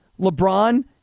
LeBron